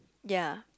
ya